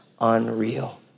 unreal